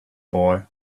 boy